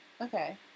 Okay